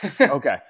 Okay